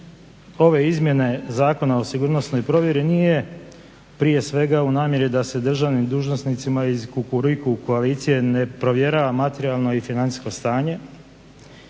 ove izmjene Zakona o sigurnosnoj provjeri nije prije svega u namjeri da se državnim dužnosnicima iz Kukuriku koalicije ne provjera materijalno i financijsko stanje